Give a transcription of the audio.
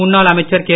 முன்னாள் அமைச்சர் கே